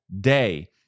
day